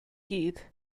gyd